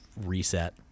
reset